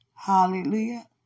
Hallelujah